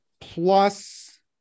plus